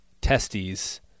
testes